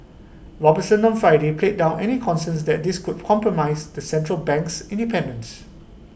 Robertson on Friday played down any concerns that this could compromise the Central Bank's Independence